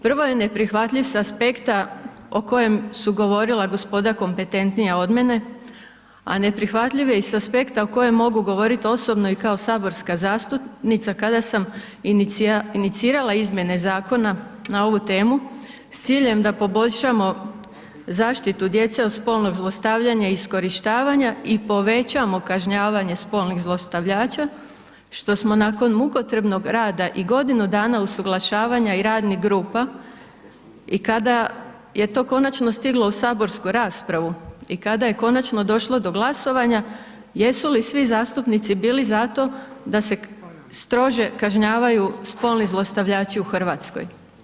Prvo je neprihvatljiv s aspekta, o kojem su govorili gospoda kompetentnija od mene, a neprihvatljiv je sa aspekta o kojoj mogu govoriti osobno i kao saborska zastupnica, kada sam inicirala izmjene zakona na ovu temu, s ciljem da poboljšamo zaštitu djece od spolnog zlostavljanja i iskorištavanja i povećamo kažnjavanje spolnih zlostavljača, što smo nakon mukotrpnog rada i godinu dana usuglašavanja i radnih grupa i kada je to konačno stiglo u saborsku raspravu i kada je konačno došlo do glasovanja, jesu li svi zastupnici bili za to, da se strože kažnjavaju spolni zlostavljači u Hrvatskoj?